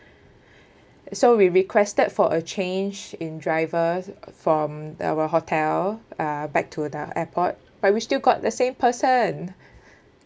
so we requested for a change in drivers from our hotel uh back to the airport but we still got the same person